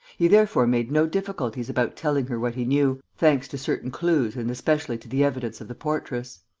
he therefore made no difficulties about telling her what he knew, thanks to certain clues and especially to the evidence of the portress.